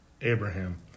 Abraham